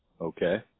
okay